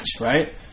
right